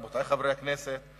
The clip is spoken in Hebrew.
רבותי חברי הכנסת,